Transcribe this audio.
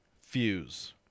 fuse